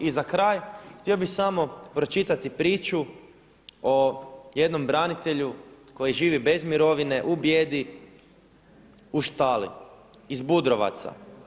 I za kraj, htio bih samo pročitati priču o jednom branitelju koji živi bez mirovine u bijedi u štali iz Budrovaca.